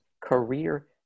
career